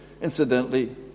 incidentally